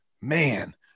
man